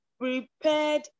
Prepared